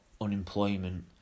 unemployment